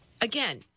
Again